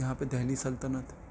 یہاں پہ دہلی سلطنت